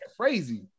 crazy